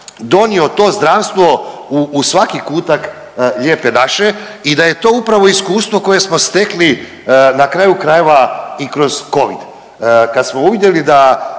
donio to zdravstvo u svaki kutak lijepe naše i da je to upravo iskustvo koje smo stekli na kraju krajeva i kroz covid. Kad smo uvidjeli da